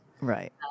Right